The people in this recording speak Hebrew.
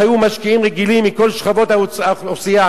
שהיו משקיעים רגילים מכל שכבות האוכלוסייה,